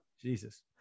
Jesus